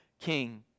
King